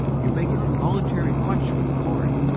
you make an involuntary clutch for the cord,